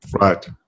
Right